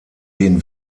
den